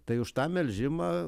tai už tą melžimą